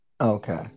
Okay